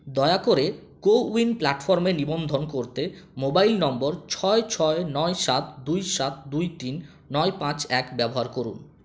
দয়া করে কোউইন প্ল্যাটফর্মে নিবন্ধন করতে মোবাইল নম্বর ছয় ছয় নয় সাত দুই সাত দুই তিন নয় পাঁচ এক ব্যবহার করুন